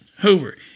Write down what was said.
Hoover